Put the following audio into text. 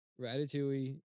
Ratatouille